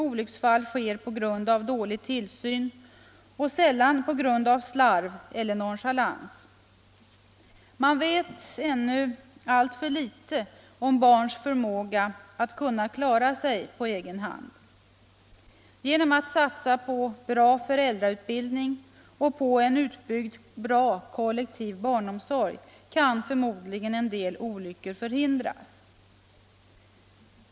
Olycksfall sker ibland på grund av dålig tillsyn men sällan på grund av slarv eller nonchalans. Man vet ännu alltför litet om barns förmåga att klara sig på egen hand. Genom att satsa på bra föräldrautbildning och på en utbyggd bra kollektiv barnomsorg kan man förmodligen förhindra en del olyckor.